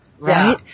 right